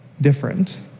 different